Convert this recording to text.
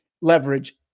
leverage